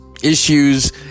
issues